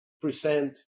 present